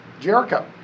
Jericho